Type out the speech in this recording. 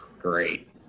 great